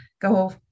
go